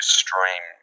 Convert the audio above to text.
stream